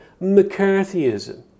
McCarthyism